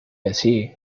así